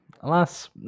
Alas